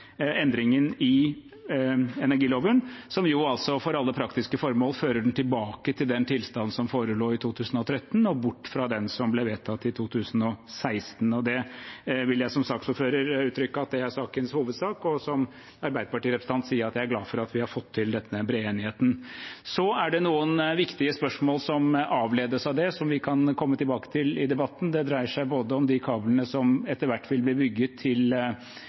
endringen i energiloven, som for alle praktiske formål fører den tilbake til den tilstanden som forelå i 2013, og bort fra den som ble vedtatt i 2016. Som saksordfører vil jeg gi uttrykk for at det er sakens hovedsak, og som Arbeiderparti-representant vil jeg si at jeg er glad for at vi har fått til denne brede enigheten. Så er det noen viktige spørsmål som avledes av det, som vi kan komme tilbake til i debatten. Det dreier seg bl.a. om de kablene som etter hvert vil bli bygget til